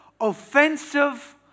offensive